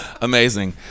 Amazing